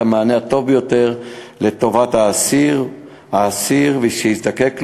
המענה הטוב ביותר לטובת האסיר שיזדקק לו,